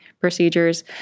procedures